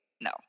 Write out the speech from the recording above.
no